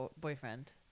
boyfriend